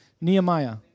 Nehemiah